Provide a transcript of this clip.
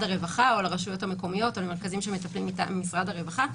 הרווחה או לרשויות המקומיות למרכזים שמטפלים מטעם משרד הרווחה.